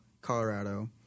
Colorado